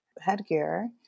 headgear